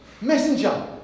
Messenger